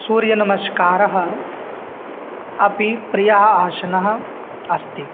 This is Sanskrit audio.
सूर्यनमस्कारः अपि प्रियः आसनम् अस्ति